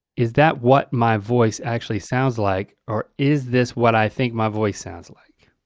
is that what my voice actually sounds like? or is this what i think my voice sounds like?